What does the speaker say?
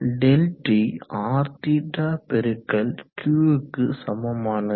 ΔT Rθ பெருக்கல் Q க்கு சமமானது